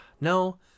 no